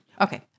Okay